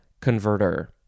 converter